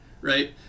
Right